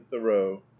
thoreau